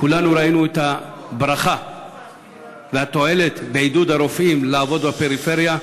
כולנו ראינו את הברכה והתועלת בעידוד הרופאים לעבוד בפריפריה,